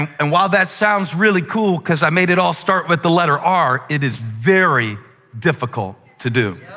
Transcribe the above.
and while that sounds really cool because i made it all start with the letter r, it is very difficult to do.